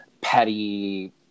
petty